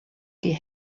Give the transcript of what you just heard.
die